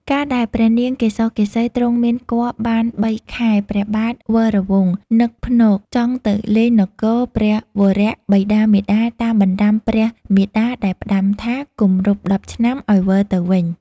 កាលដែលព្រះនាងកេសកេសី ទ្រង់មានគភ៌បាន៣ខែ ព្រះបាទវរវង្ស នឹកភ្នកចង់ទៅលេងនគរព្រះវរបិតាមាតាតាមបណ្តាំព្រះមាតាដែលផ្តាំថាគម្រប់ ១០ឆ្នាំឲ្យវិលទៅវិញ។